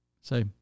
Say